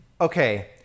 okay